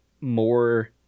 more